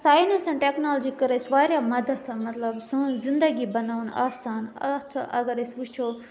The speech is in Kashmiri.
ساینَس اینٛڈ ٹٮ۪کنالجی کٔر اَسہِ واریاہ مَدَتھ مطلب سٲنۍ زِنٛدگی بَناوُن آسان اَتھ اَگر أسۍ وُچھو